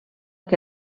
que